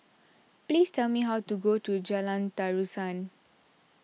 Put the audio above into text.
please tell me how to get to Jalan Terusan